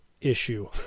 issue